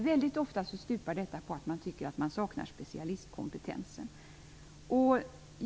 Väldigt ofta stupar detta på att man tycker att man saknar specialistkompetensen.